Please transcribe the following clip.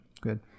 Good